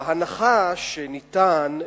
ההנחה שניתן,